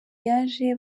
yaje